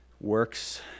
works